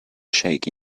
shack